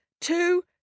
two